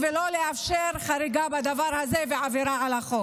ולא לאפשר חריגה בדבר הזה ועבירה על החוק.